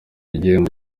igihembo